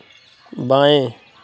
बाएँ